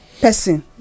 person